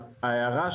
ההערה,